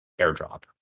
airdrop